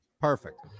Perfect